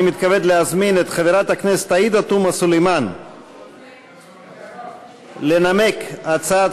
אני מתכבד להזמין את חברת הכנסת עאידה תומא סלימאן לנמק את הצעת